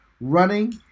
running